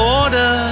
order